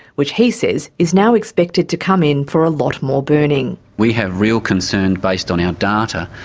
which he says is now expected to come in for a lot more burning. we have real concern, based on our data,